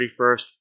31st